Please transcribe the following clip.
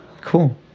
Cool